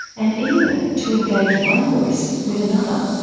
and even to engage one voice with another.